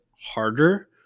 harder